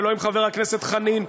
ולא עם חבר הכנסת חנין,